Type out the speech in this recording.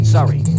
Sorry